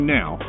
now